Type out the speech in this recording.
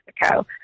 Mexico